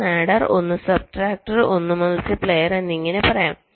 ഒന്ന് ആഡർ ഒന്ന് substractor substractor ഒന്ന് മൾട്ടിപ്ലയർ എന്നിങ്ങനെ പറയാം